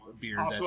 beer